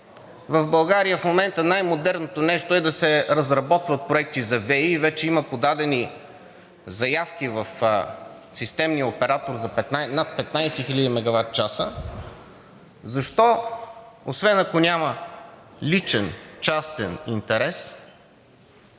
в България, в момента най-модерното нещо е да се разработват проекти за ВЕИ и вече има подадени заявки в системния оператор за над 15 000 мегаватчаса. Защо, ако няма личен частен интерес,